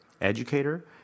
educator